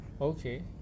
Okay